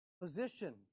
Position